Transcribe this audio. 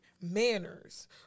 Manners